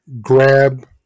grab